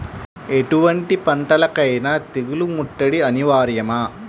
ఎటువంటి పంటలకైన తెగులు ముట్టడి అనివార్యమా?